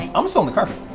i'm still on the carpet!